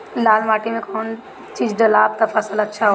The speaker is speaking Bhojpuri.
लाल माटी मे कौन चिज ढालाम त फासल अच्छा होई?